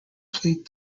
played